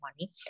money